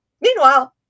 Meanwhile